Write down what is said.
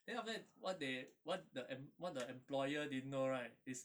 then after that what they what the em~ what the employer didn't know right is